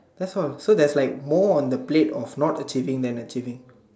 that's all so that's like more on the plate of not achieving than achieving